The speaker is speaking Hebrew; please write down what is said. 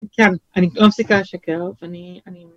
כן, אני לא מפסיקה לשקר, אני, אני...